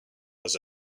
was